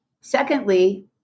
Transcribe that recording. Secondly